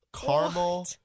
Caramel